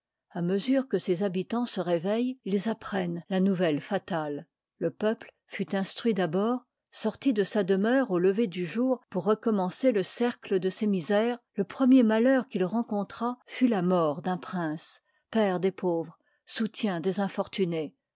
a mesure que ses habitans se réveillent ils apprennent la nouvelle fatale le peuple fut instruit d'abord sorti de sa demeure au lever du jour pour recommencer le cercle de ses misères le premier malheur qu'il rencontra fut la mort d'un prince père des pauvres soutien des infortunés